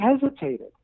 hesitated